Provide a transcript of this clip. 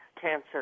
cancer